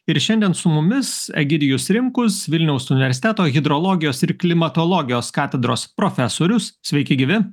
ir šiandien su mumis egidijus rimkus vilniaus universiteto hidrologijos ir klimatologijos katedros profesorius sveiki gyvi